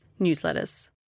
newsletters